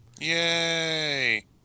Yay